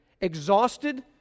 exhausted